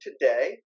today